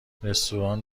رستوران